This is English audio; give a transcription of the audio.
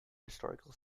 historical